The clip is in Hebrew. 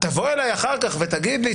תבוא אליי אחר כך ותגיד לי,